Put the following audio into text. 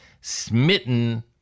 smitten